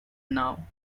now